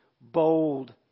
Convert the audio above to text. bold